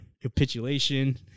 capitulation